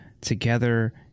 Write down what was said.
together